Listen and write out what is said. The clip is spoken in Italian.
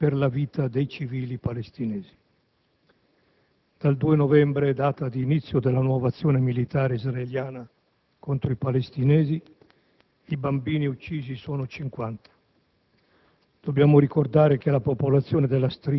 da un profondo disprezzo per la vita dei civili palestinesi. Dal 2 novembre, data di inizio della nuova azione militare israeliana contro i palestinesi, i bambini uccisi sono 50.